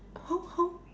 how how